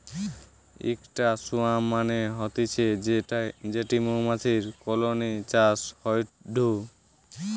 ইকটা সোয়ার্ম মানে হতিছে যেটি মৌমাছির কলোনি চাষ হয়ঢু